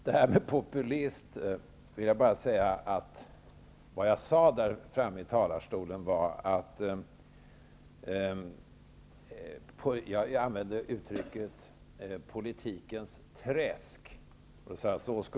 Jag sade i mitt anförande att en populist skulle använda uttrycket ''politikens träsk''.